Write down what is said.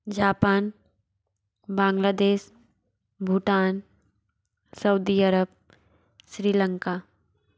Japan Bangladesh Bhutan Saudi Arab Sri Lanka